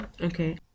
Okay